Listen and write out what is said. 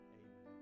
amen